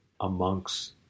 amongst